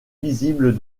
visible